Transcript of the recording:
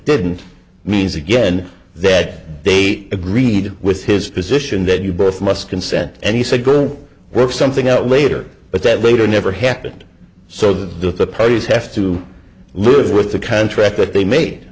didn't means again that date agreed with his position that you both must consent and he said good work something out later but that later never happened so that the proteas have to live with the contract that they